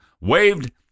waved